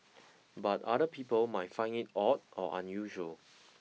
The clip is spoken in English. but other people might find it odd or unusual